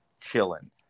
chilling